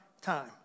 time